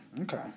Okay